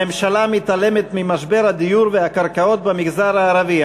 הממשלה מתעלמת ממשבר הדיור והקרקעות במגזר הערבי.